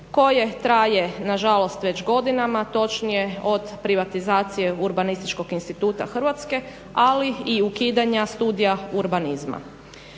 koje traje nažalost već godinama, točnije od privatizacije Urbanističkog instituta Hrvatske, ali i ukidanja studija urbanizma.